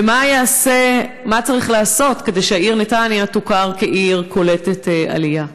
2. מה צריך לעשות כדי שהעיר נתניה תוכר כעיר קולטת עלייה?